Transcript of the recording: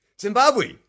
Zimbabwe